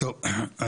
טוב,